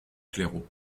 claireaux